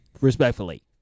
respectfully